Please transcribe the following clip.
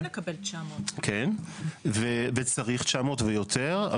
אנחנו מוכנים לקבל 900. צריך 900 ויותר.